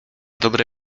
dobre